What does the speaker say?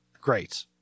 Great